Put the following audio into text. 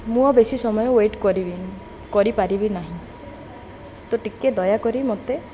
ମୁଁ ଆଉ ବେଶୀ ସମୟ ୱେଟ୍ କରିବିନି କରିପାରିବି ନାହିଁ ତ ଟିକେ ଦୟାକରି ମତେ